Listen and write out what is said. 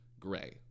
Gray